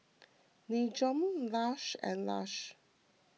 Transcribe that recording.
Nin Jiom Lush and Lush